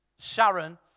Sharon